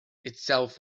itself